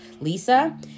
Lisa